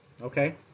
okay